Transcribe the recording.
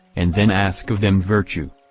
and then ask of them virtue!